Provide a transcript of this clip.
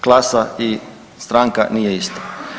Klasa i stranka nije isto.